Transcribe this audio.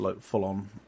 full-on